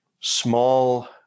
small